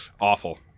awful